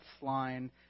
line